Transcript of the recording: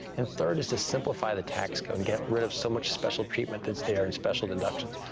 and third is to simplify the tax code and get rid of so much special treatment that is there and special deductions.